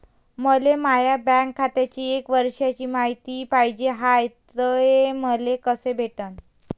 मले माया बँक खात्याची एक वर्षाची मायती पाहिजे हाय, ते मले कसी भेटनं?